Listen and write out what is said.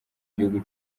gihugu